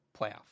playoff